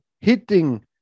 hitting